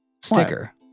sticker